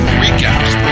recaps